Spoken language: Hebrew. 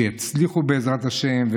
שיצליחו בעזרת השם.